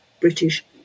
British